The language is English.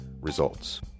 Results